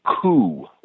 coup